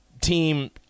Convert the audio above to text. team